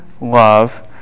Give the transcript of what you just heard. love